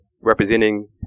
representing